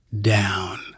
down